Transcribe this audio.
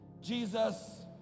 Jesus